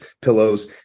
pillows